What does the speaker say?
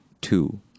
two